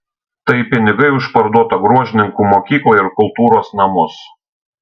tai pinigai už parduotą gruožninkų mokyklą ir kultūros namus